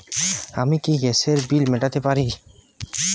আমি কি গ্যাসের বিল মেটাতে পারি?